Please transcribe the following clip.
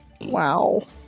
Wow